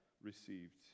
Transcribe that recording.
received